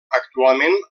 actualment